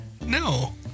No